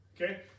Okay